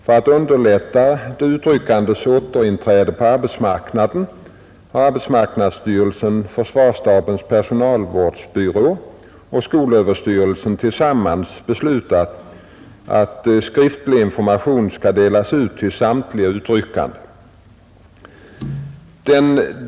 För att underlätta de utryckandes återinträde på arbetsmarknaden har arbetsmarknadsstyrelsen, försvarsstabens personalvårdsbyrå och skolöverstyrelsen tillsammans beslutat att skriftlig information skall delas ut till samtliga utryckande.